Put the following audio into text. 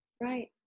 right